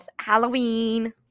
Halloween